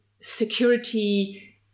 security